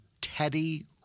Teddy